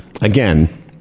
again